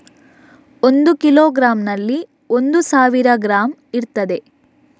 ಒಂದು ಕಿಲೋಗ್ರಾಂನಲ್ಲಿ ಒಂದು ಸಾವಿರ ಗ್ರಾಂ ಇರ್ತದೆ